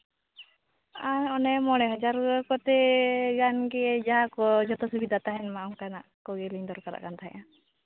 ᱟᱨ ᱚᱱᱮ ᱢᱚᱬᱮ ᱦᱟᱡᱟᱨ ᱠᱚᱛᱮ ᱜᱟᱱᱜᱮ ᱡᱟᱦᱟᱸ ᱠᱚ ᱡᱚᱛᱚ ᱥᱩᱵᱤᱫᱷᱟ ᱛᱟᱦᱮᱱ ᱢᱟ ᱚᱱᱠᱟᱱᱟᱜ ᱠᱚᱜᱮᱞᱤᱧ ᱫᱚᱨᱠᱟᱨᱟᱜ ᱠᱟᱱ ᱛᱟᱦᱮᱱᱟ